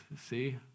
See